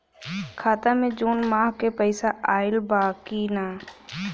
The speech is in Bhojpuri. खाता मे जून माह क पैसा आईल बा की ना?